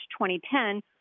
2010